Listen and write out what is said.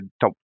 top